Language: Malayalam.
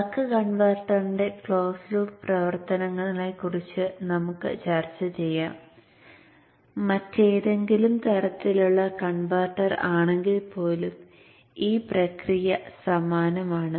ബക്ക് കൺവെർട്ടറിന്റെ ക്ലോസ് ലൂപ്പ് പ്രവർത്തനത്തെക്കുറിച്ച് നമുക്ക് ചർച്ച ചെയ്യാം മറ്റേതെങ്കിലും തരത്തിലുള്ള കൺവെർട്ടർ ആണെങ്കിൽ പോലും ഈ പ്രക്രിയ സമാനമാണ്